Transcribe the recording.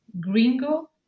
gringo